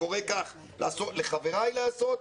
וקורא כך לחבריי לעשות,